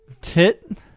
Tit